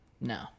No